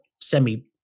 semi